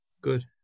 Good